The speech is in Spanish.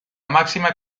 máxima